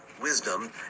wisdom